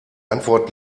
antwort